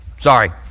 Sorry